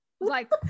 Like-